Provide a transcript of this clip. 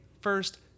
first